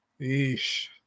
eesh